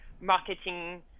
marketing